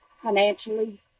financially